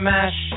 Mash